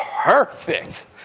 perfect